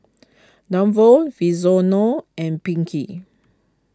Davon Vinzeno and Pinkey